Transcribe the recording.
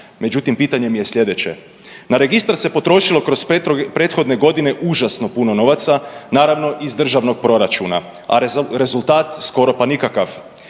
Međutim, pitanje mi je sljedeće, na registar se potrošilo kroz prethodne godine užasno puno novaca, naravno iz državnog proračuna, a rezultat skoro pa nikakav.